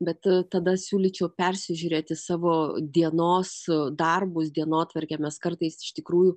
bet tada siūlyčiau persižiūrėti savo dienos darbus dienotvarkę mes kartais iš tikrųjų